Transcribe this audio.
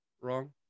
wrong